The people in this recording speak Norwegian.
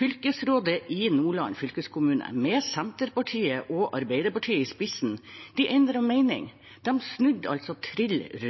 Fylkesrådet i Nordland fylkeskommune, med Senterpartiet og Arbeiderpartiet i spissen, endret mening, de